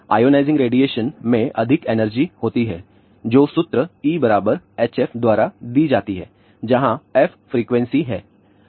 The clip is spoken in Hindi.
आयोनाइजिंग रेडिएशन में अधिक एनर्जी होती है जो सूत्र E hf द्वारा दी जाती है जहाँ f फ्रिकवेंसी है